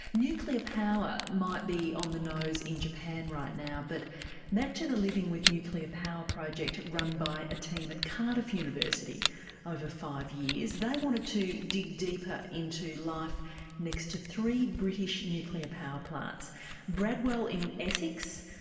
nuclear power might be on the nose in japan right now but back to the living with nuclear power project run by a team at cardiff university over five years. they wanted to dig deeper into life next to three british nuclear power plants bradwell in essex,